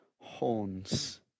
horns